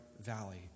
valley